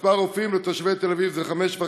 מספר רופאים לתושבי תל אביב הוא 5.5,